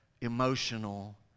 emotional